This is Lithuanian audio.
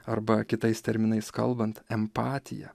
arba kitais terminais kalbant empatija